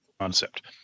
Concept